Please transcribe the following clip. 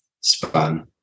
span